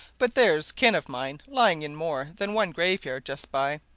but there's kin of mine lying in more than one graveyard just by,